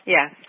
Yes